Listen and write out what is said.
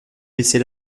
laisser